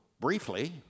briefly